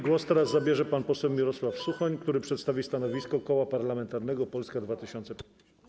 Głos zabierze pan poseł Mirosław Suchoń, który przedstawi stanowisko Koła Parlamentarnego Polska 2050.